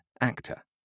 actor